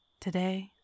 Today